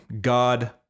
God